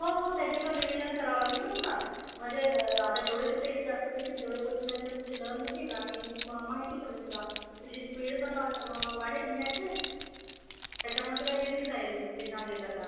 हो हो त्याची पण रिवीजन करावं लागेल ना तुला म्हणजे आता जेवढे तू टेस्ट जास्त देशील तेवढे क्वेच्चन आन्सर तुझे लर्न होतील आणि म माहिती पडेल तुला तुझी स्पीड पण वा वाढेल लिहायचे त्याच्यामुळे तुला इजी जाईल एक्झाम देताना